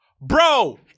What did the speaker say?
Bro